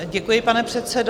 Děkuji, pane předsedo.